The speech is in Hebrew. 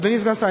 אדוני סגן השר,